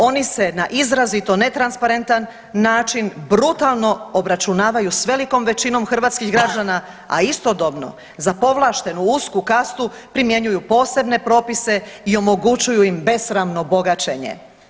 Oni se na izrazito netransparentan način brutalno obračunavaju sa velikom većinom hrvatskih građana, a istodobno za povlaštenu, usku kastu primjenjuju posebne propise i omogućuju im besramno bogaćenje.